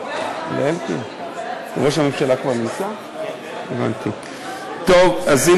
לא גמרתי, אבל אני